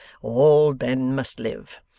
all men must live.